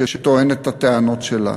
שטוענת את הטענות שלה,